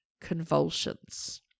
convulsions